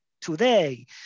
today